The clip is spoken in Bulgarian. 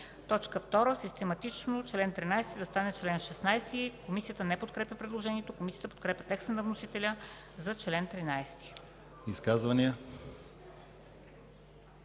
2. Систематично чл. 13 да стане чл. 16.” Комисията не подкрепя предложението. Комисията подкрепя текста на вносителя за чл. 13. ПРЕДСЕДАТЕЛ